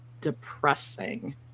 depressing